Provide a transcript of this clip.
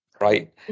right